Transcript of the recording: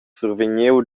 survegniu